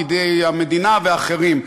פקידי המדינה ואחרים.